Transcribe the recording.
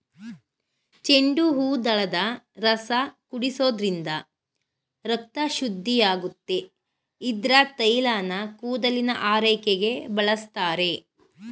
ಚೆಂಡುಹೂದಳದ ರಸ ಕುಡಿಸೋದ್ರಿಂದ ರಕ್ತ ಶುದ್ಧಿಯಾಗುತ್ತೆ ಇದ್ರ ತೈಲನ ಕೂದಲಿನ ಆರೈಕೆಗೆ ಬಳಸ್ತಾರೆ